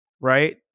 Right